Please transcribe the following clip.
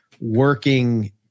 working